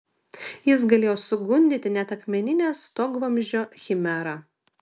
jis galėjo sugundyti net akmeninę stogvamzdžio chimerą